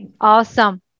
Awesome